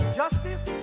justice